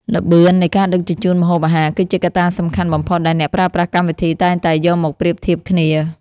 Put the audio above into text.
ល្បឿននៃការដឹកជញ្ជូនម្ហូបអាហារ គឺជាកត្តាសំខាន់បំផុតដែលអ្នកប្រើប្រាស់កម្មវិធីតែងតែយកមកប្រៀបធៀបគ្នា។